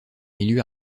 milieu